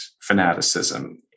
fanaticism